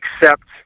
accept